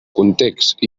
context